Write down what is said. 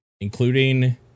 including